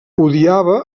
odiava